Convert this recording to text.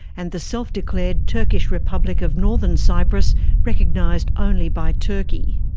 and the self-declared turkish republic of northern cyprus recognised only by turkey.